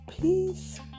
peace